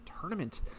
Tournament